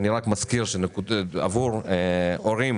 אני רק מזכיר, שעבור הורים